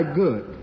good